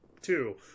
two